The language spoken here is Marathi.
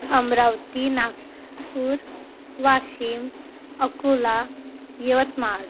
अमरावती नागपूर वाशिम अकोला यवतमाळ